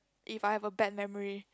if I have a bad memory